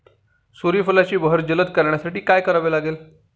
सूर्यफुलाची बहर जलद करण्यासाठी काय करावे लागेल?